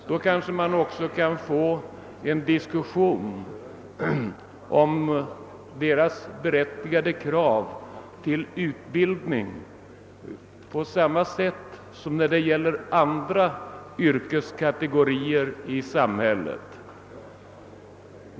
Då kanske vi kan få en diskussion om deras berättigade krav på utbildning på samma sätt som när det gäller andra yrkeskategorier i samhället.